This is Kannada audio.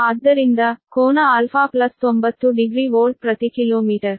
ಆದ್ದರಿಂದ ಕೋನ α〖90〗ಡಿಗ್ರಿ ವೋಲ್ಟ್ ಪ್ರತಿ ಕಿಲೋಮೀಟರ್